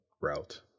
route